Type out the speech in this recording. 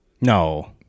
No